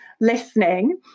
listening